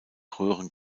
röhren